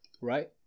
right